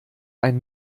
ein